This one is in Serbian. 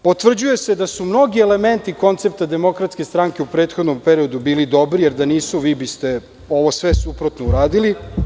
Potvrđuje se da su mnogi elementi koncepta DS u prethodnom periodu bili dobri, jer da nisu vi biste ovo sve suprotno uradili.